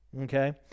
Okay